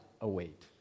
await